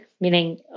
meaning